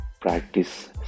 practice